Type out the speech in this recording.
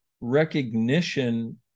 recognition